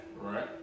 Right